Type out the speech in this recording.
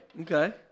Okay